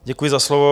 Děkuji za slovo.